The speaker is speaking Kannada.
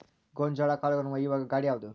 ಗೋಂಜಾಳ ಕಾಳುಗಳನ್ನು ಒಯ್ಯುವ ಗಾಡಿ ಯಾವದು?